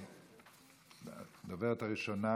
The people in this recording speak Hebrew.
הדוברת הראשונה,